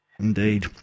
indeed